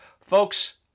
Folks